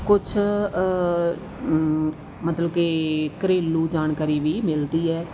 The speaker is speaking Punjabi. ਕੁਛ ਮਤਲਬ ਕਿ ਘਰੇਲੂ ਜਾਣਕਾਰੀ ਵੀ ਮਿਲਦੀ ਹੈ